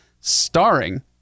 starring